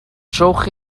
trowch